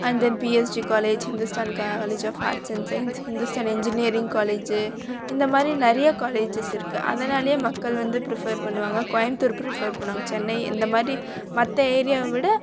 and then PSG college Hindustan college of arts and science Hindustan engineering college இந்த மாதிரி நிறையா colleges இருக்குது அதனாலேயே மக்கள் வந்து பிரிஃபெர் பண்ணுவாங்க கோயமுத்தூர் பிரிஃபெர் பண்ணுவாங்க சென்னை இந்த மாதிரி மற்ற ஏரியாவை விட